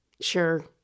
sure